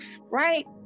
right